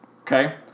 Okay